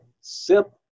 sip